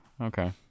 Okay